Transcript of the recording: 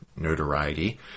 notoriety